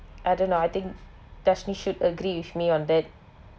I don't know I think dashni should agree with me on that